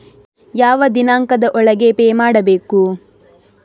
ಯಾವ ದಿನಾಂಕದ ಒಳಗೆ ಪೇ ಮಾಡಬೇಕು?